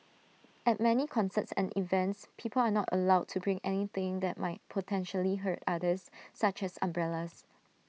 at many concerts and events people are not allowed to bring anything that might potentially hurt others such as umbrellas